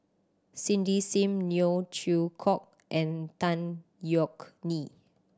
Cindy Sim Neo Chwee Kok and Tan Yeok Nee